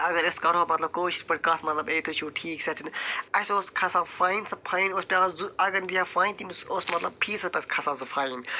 اگر أسۍ کَرہو مطلب کٲشِر پٲٹھۍ کتَھ مطلب اے تُہۍ چھِو ٹھیٖکھ صحت چھا اَسہِ اوس کھسان فاین سُہ فاین اوس پٮ۪وان اگر نہٕ دِیہِ ہا فاین تٔمِس اوس مطلب فیٖسَس پتہٕ کھسان سُہ فایَن